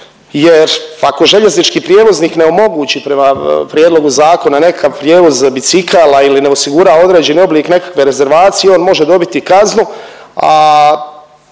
jer ako željeznički prijevoznik ne omogući prema prijedlogu zakonu nekakav prijevoz bicikala ili ne osigura određeni oblik nekakve rezervacije on može dobiti kaznu, a